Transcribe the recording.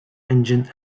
engine